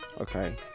Okay